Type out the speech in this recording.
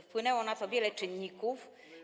Wpłynęło na to wiele czynników.